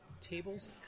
Tables